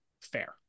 fair